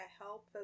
help